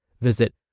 Visit